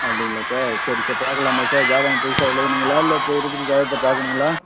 அப்படிங்களா சார் சரி சார் பார்க்கலாமே சார் ஜாதகம் புதுசாக எழுதணுங்களா இல்லை இப்போ இருக்கிற ஜாதகத்தை பார்க்கணுங்களா